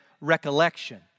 recollection